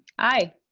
aye.